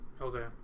Okay